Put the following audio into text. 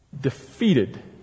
Defeated